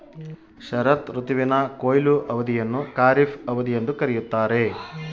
ಶರತ್ ಋತುವಿನ ಕೊಯ್ಲು ಅವಧಿಯನ್ನು ಖಾರಿಫ್ ಅವಧಿ ಎಂದು ಕರೆಯುತ್ತಾರೆ